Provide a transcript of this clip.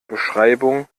beschreibungen